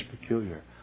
peculiar